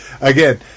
Again